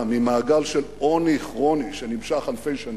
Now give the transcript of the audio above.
ממעגל של עוני כרוני שנמשך אלפי שנים.